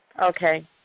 Okay